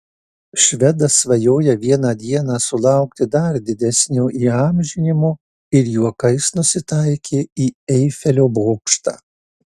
švedas svajoja vieną dieną sulaukti dar didesnio įamžinimo ir juokais nusitaikė į eifelio bokštą